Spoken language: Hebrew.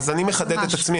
אז אני מחדד את עצמי.